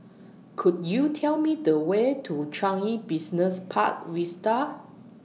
Could YOU Tell Me The Way to Changi Business Park Vista